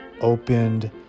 opened